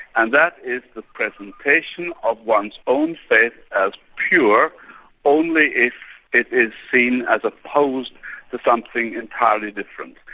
and that is the presentation of one's own faith as pure only if it is seen as opposed to something entirely different.